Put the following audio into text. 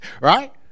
right